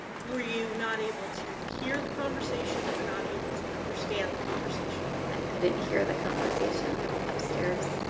were you not able to hear the conversation? or not able to understand the conversation? i couldn't hear the conversation. i was upstairs.